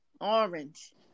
Orange